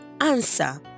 answer